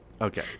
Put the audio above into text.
Okay